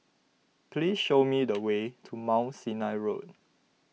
please show me the way to Mount Sinai Road